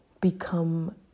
become